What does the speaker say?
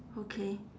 okay